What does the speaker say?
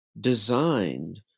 designed